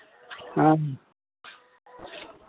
हँ